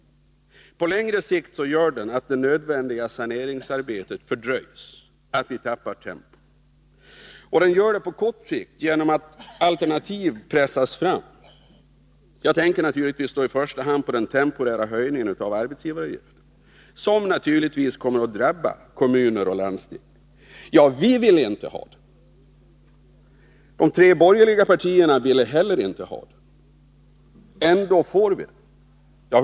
På längre sikt fördröjs det nödvändiga saneringsarbetet — vi tappar tempo. På kort sikt drabbas kommunerna genom att alternativ pressas fram. Jag tänker då naturligtvis i första hand på den temporära höjningen av arbetsgivaravgiften, som givetvis kommer att drabba kommuner och landsting. Vi ville inte ha denna höjning. De tre borgerliga partierna ville inte heller ha den. Ändå får vi den.